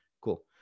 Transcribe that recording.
cool